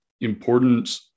important